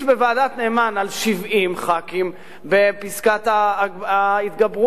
בוועדת-נאמן על 70 חברי כנסת בפסקת ההתגברות,